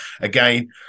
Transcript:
again